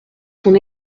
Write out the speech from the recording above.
son